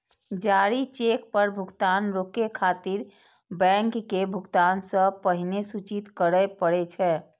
जारी चेक पर भुगतान रोकै खातिर बैंक के भुगतान सं पहिने सूचित करय पड़ै छै